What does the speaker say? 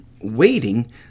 waiting